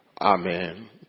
Amen